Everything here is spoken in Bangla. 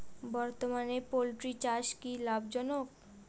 বর্তমানে পোলট্রি চাষ কি লাভজনক?